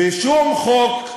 ושום חוק,